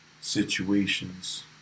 situations